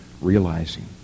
realizing